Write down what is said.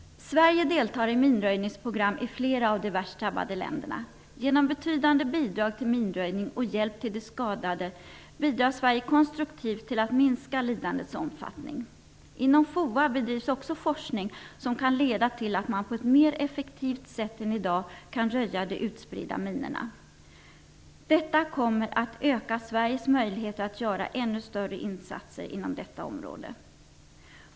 Sverige deltar i minröjningsprogram i flera av de värst drabbade länderna. Genom betydande bidrag till minröjning och hjälp till de skadade bidrar Sverige konstruktivt till att minska lidandets omfattning. Inom FOA bedrivs också forskning som kan leda till att man effektivare än i dag kan röja de utspridda minorna. Detta kommer att öka Sveriges möjligheter att göra ännu större insatser inom detta område.